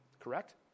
correct